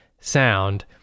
sound